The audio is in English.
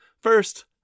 First